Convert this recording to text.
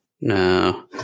No